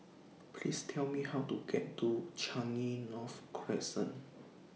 Please Tell Me How to get to Changi North Crescent